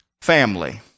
family